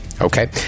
Okay